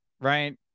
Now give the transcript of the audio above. right